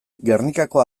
gernikako